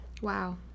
wow